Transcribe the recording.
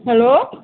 hello